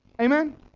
Amen